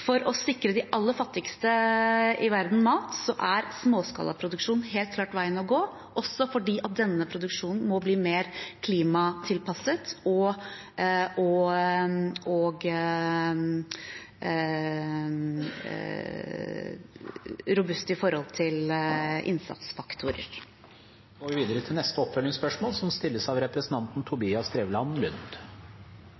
verden mat er småskalaproduksjon helt klart veien å gå, også fordi denne produksjonen må bli mer klimatilpasset og robust opp mot innsatsfaktorer. Tobias Drevland Lund – til oppfølgingsspørsmål. Som tidligere innlegg også viser, vet vi